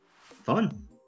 Fun